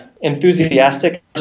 enthusiastic